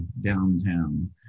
downtown